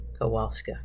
Kowalska